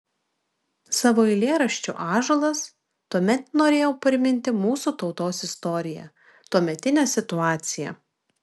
savo eilėraščiu ąžuolas tuomet norėjau priminti mūsų tautos istoriją tuometinę situaciją